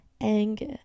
anger